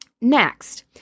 Next